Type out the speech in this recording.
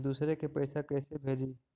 दुसरे के पैसा कैसे भेजी?